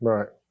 Right